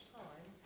time